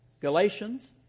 Galatians